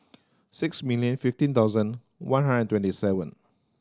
six million fifteen thousand one hundred twenty seven